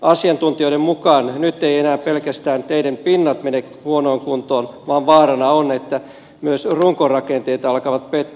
asiantuntijoiden mukaan nyt eivät enää pelkästään teiden pinnat mene huonoon kuntoon vaan vaarana on että myös runkorakenteet alkavat pettää